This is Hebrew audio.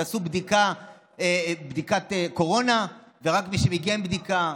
תעשו בדיקת קורונה, רק מי שמגיע עם בדיקה,